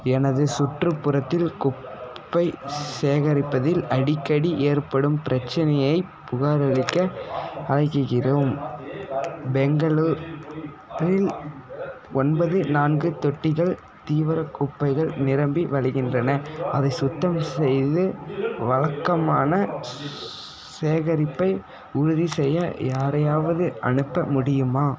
எனது சுற்றுப்புறத்தில் குப்பைச் சேகரிப்பதில் அடிக்கடி ஏற்படும் பிரச்சனையைப் புகாரளிக்க அலைக்கிறோம் பெங்களூரில் ஒன்பது நான்கு தொட்டிகள் திதீவிரக் குப்பைகள் நிரம்பி வழிகின்றன அதை சுத்தம் செய்து வழக்கமான ஸ் சேகரிப்பை உறுதிசெய்ய யாரையாவது அனுப்ப முடியுமா